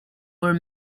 were